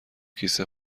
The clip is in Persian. کیسه